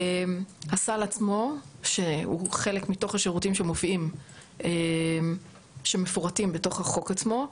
הסל עצמו שהוא חלק מתוך השירותים שמפורטים בתוך החוק עצמו,